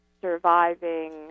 surviving